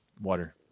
water